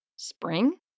Spring